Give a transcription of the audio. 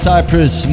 Cyprus